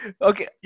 okay